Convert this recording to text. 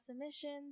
emissions